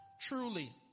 truly